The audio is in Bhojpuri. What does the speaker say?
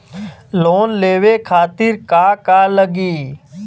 लोन लेवे खातीर का का लगी?